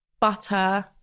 butter